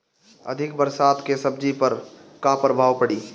अधिक बरसात के सब्जी पर का प्रभाव पड़ी?